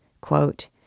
quote